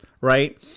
right